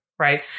Right